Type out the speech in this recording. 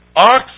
ox